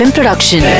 Production